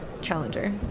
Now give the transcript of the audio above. challenger